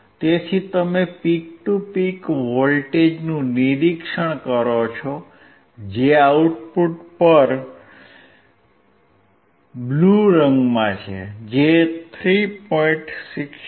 તેથી તમે peak to peak વોલ્ટેજનું નિરીક્ષણ કરો છો જે આઉટપુટ પર બ્લ્યુ રંગમાં છે જે 3